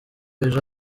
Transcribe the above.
ejo